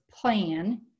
plan